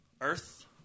Earth